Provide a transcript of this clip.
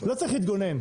לא צריך להתגונן.